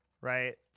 right